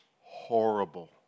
horrible